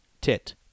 Tit